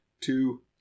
two